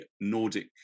Nordic